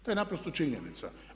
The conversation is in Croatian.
To je naprosto činjenica.